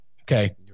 Okay